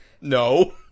No